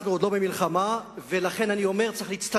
אנחנו עוד לא במלחמה, לכן אני אומר, צריך להצטנע,